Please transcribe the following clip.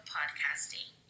Podcasting